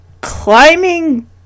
climbing